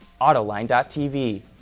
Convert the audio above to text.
autoline.tv